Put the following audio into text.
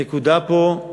הנקודה פה,